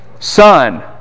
son